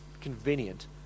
convenient